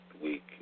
week